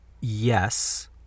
yes